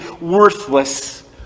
worthless